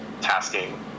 tasking